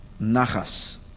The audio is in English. nachas